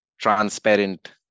transparent